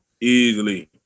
easily